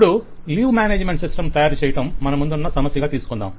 ఇప్పడు leave management system ను తయారుచేయటం మన ముందున్న సమస్యగా తీసుకొందాం